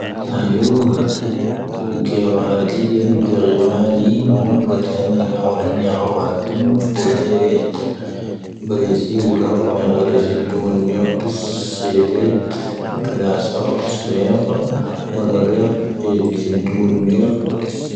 ⴰⵢⵓ, ⴳⴻ-ⴳ-ⴰ-ⴷⵉ-ⴻⵏ ⴳⴻ-ⴳ-ⴻ-ⵎ-ⴰⵏ-ⵉⵏ ⵀⵓⵏⴷ-ⵡ-ⵜ-ⴰⵏ-ⵉ-ⴰ-ⴳ-o-ⵔ-ⵀⴰⵏ-ⵉ-ⴰ-ⴳ-ⴰ-ⴷ-ⵎ ⴼ-o-ⴷ-ⵏⴻ-ⵔⴻⵜ,. ⴼ-o-ⵔⴻ-ⵙⵉ-ⵓ-ⵍⴰ-ⴳ-ⵎ-ⴻ-ⴳ-o-ⵔⴻ-ⵙⵉ-ⴷ-ⵡ-ⵏ-ⵢ-ⴰ-ⴽⵙ,. ⵙ-ⴻ-ⴷ-ⵜ-ⴻ-ⴳ-ⵏⴰ-ⵙⴰ-ⴳ-ⵙ-ⵎ-ⴻ-ⴳ-o-ⵔ-ⵔⴻ-ⴽ-ⴻ-ⵜ-ⵙ-ⴷ-ⵡ-ⵏ-ⵢ-ⴰ-ⴽⵙ.